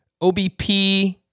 OBP